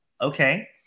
Okay